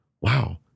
wow